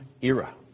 era